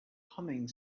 humming